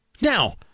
Now